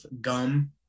gum